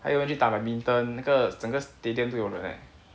还有人去打 badminton 那个整个 stadium 都有人哦